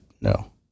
No